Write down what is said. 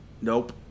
Nope